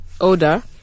odor